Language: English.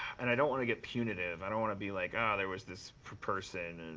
and i don't want to get punitive. i don't want to be like, oh, there was this person, and